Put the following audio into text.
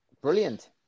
Brilliant